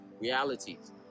realities